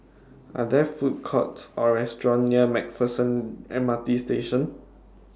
Are There Food Courts Or restaurants near Mac Pherson M R T Station